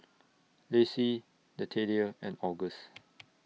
Lacie Nathaniel and August